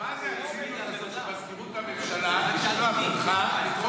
מה זה --- שמזכירות הממשלה שולחת אותך לקרוא